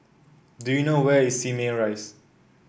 do you know where is Simei Rise